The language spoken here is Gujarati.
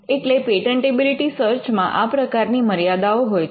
એટલે પેટન્ટેબિલિટી સર્ચ માં આ પ્રકારની મર્યાદાઓ હોય છે